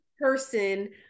person